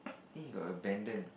I think he got abandon